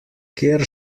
kjer